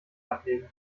ablegen